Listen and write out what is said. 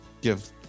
give